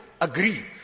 agree